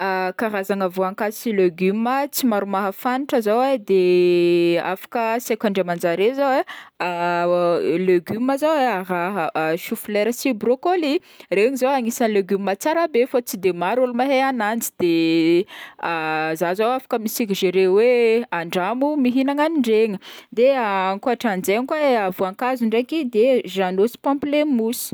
Karazagna voankazo sy légume tsy maro mahafantatra zao e, de afaka asaiko andraman-jare zao e legume zao e a raha chou fleur sy broccoli, regny zao agnisan'ny legume tsara be fa tsy de maro ôlo mahay agnanjy, de za zao afaka misuggere hoe andramo mihignany agn'iregny, de ankôtran-zegny koa e voankazo ndraiky e de jeannot sy pamplemouse.